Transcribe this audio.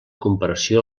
comparació